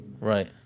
Right